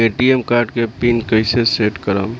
ATM card के PIN कैसे set करम?